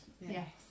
Yes